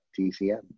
TCM